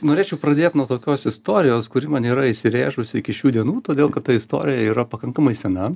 norėčiau pradėt nuo tokios istorijos kuri man yra įsirėžusi iki šių dienų todėl kad ta istorija yra pakankamai sena